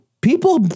people